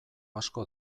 asko